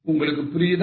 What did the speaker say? உங்களுக்கு புரியுதா